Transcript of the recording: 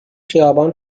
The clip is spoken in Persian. خیابان